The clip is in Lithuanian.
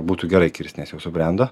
būtų gerai kirst nes jau subrendo